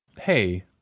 hey